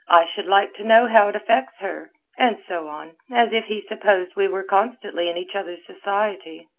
i should like to know how it affects her and so on, as if he supposed we were constantly in each other's society.